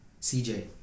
CJ